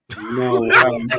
No